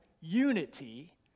unity